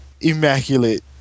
immaculate